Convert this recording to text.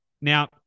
Now